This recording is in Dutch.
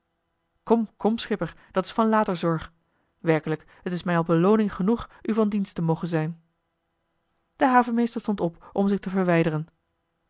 kom kom schipper dat is van later zorg werkelijk het is mij al belooning genoeg u van dienst te mogen zijn de havenmeester stond op om zich te verwijderen